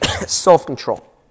self-control